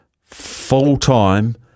full-time